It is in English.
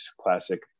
classic